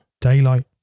Daylight